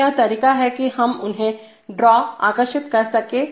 तो यह तरीका है कि हम उन्हें ड्रा आकर्षित करने जा रहे हैं